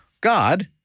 God